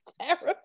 terrible